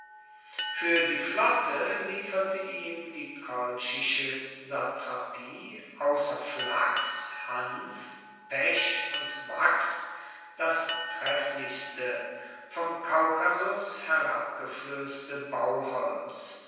für die flotte lieferte ihm die kolchische satrapie außer flachs hanf pech und wachs das trefflichste vom kaukasus herabgeflößte bauholz